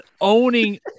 owning